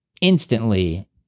instantly